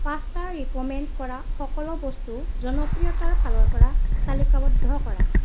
পাস্তাৰ recommend কৰা সকলো বস্তু জনপ্ৰিয়তাৰ ফালৰ পৰা তালিকাবদ্ধ কৰা